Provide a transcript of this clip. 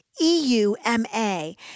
E-U-M-A